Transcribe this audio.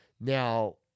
Now